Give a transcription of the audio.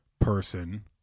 person